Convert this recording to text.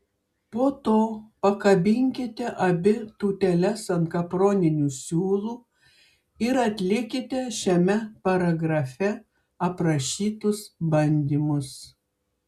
po to pakabinkite abi tūteles ant kaproninių siūlų ir atlikite šiame paragrafe aprašytus bandymus